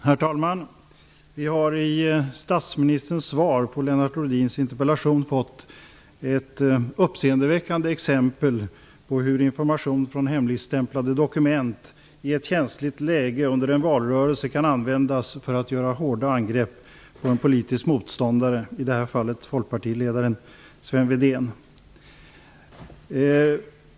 Herr talman! Vi har i statsministerns svar på Lennart Rohdins interpellation fått ett uppseendeväckande exempel på hur information från hemligstämplade dokument i ett känsligt läge under en valrörelse kan användas för att göra hårda angrepp på en politisk motståndare, i det här fallet folkpartiledaren Sven Wedén.